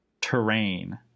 terrain